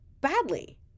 badly